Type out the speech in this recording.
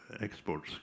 exports